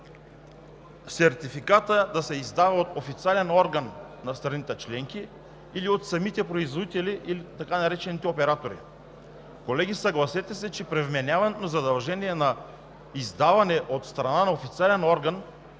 сертификатът да се издава от официален орган на страните членки или от самите производители – така наречените „оператори“. Колеги, съгласете се, че при вменяването на задължения за издаване на сертификат от страна на официален орган,